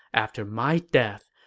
after my death,